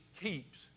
keeps